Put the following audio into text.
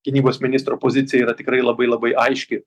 gynybos ministro pozicija yra tikrai labai labai aiški